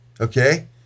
Okay